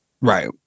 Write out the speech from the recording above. Right